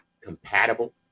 compatible